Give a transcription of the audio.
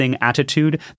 attitude